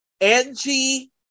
Angie